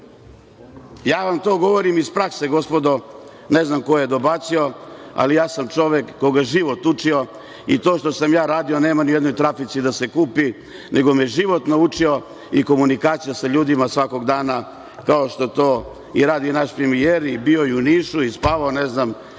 vam govorim iz prakse, gospodo, ne znam ko je dobacio, ali ja sam čovek koga je život učio i to što sam ja radio nema ni u jednoj trafici da se kupi, nego me život naučio i komunikacija sa ljudima svakog dana, kao što to radi i naš premijer. Bio je i u Nišu i spavao u